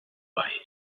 bei